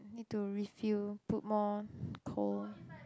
need to refill put more coal